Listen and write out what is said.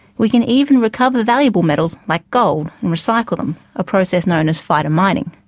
we can even recover valuable metals like gold and recycle them, a process known as phytomining.